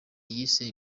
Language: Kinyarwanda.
yise